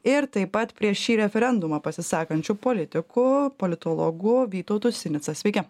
ir taip pat prieš šį referendumą pasisakančiu politiku politologu vytautu sinica sveiki